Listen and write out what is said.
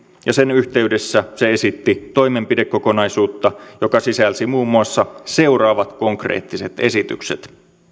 ja sen yhteydessä se esitti toimenpidekokonaisuutta joka sisälsi muun muassa seuraavat konkreettiset esitykset